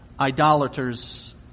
idolaters